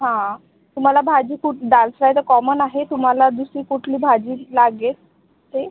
हां तुम्हाला भाजी कुट दाल फ्राय तर कॉमन आहे तुम्हाला दुसरी कुठली भाजी लागेल ते